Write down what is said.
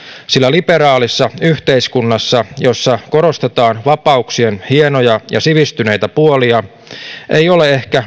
sillä liberaalissa yhteiskunnassa jossa korostetaan vapauksien hienoja ja sivistyneitä puolia ei ole ehkä